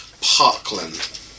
parkland